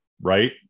right